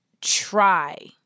try